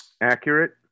accurate